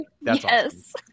Yes